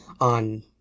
on